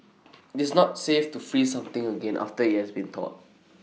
it's not safe to freeze something again after IT has been thawed